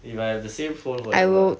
if I have the same phone forever ah